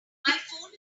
phone